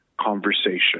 conversation